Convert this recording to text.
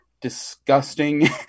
disgusting